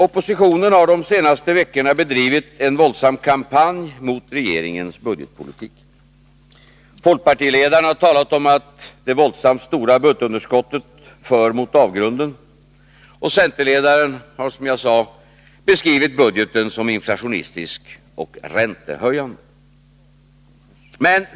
Oppositionen har de senaste veckorna bedrivit en våldsam kampanj mot regeringens budgetpolitik. Folkpartiledaren har talat om att det våldsamt stora budgetunderskottet för mot avgrunden. Centerledaren har, som jag sade, beskrivit budgeten som inflationistisk och räntehöjande.